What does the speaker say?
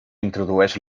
introdueix